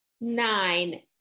Nine